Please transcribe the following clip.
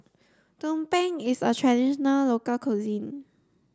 Tumpeng is a traditional local cuisine